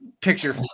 picture